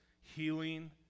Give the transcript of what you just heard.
healing